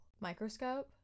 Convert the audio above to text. Microscope